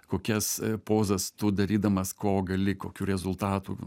kokias pozas tų darydamas ko gali kokių rezultatų